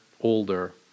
older